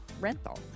rental